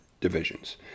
divisions